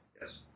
yes